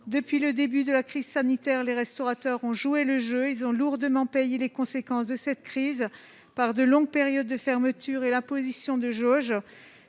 Depuis le début de la crise sanitaire, les restaurateurs ont joué le jeu ; ils ont lourdement payé les conséquences de cette crise par de longues périodes de fermeture et l'imposition de jauges.